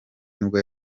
nibwo